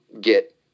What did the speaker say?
get